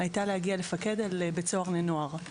הייתה להגיע לפקד על בית סוהר לנוער.